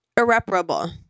irreparable